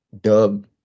Dub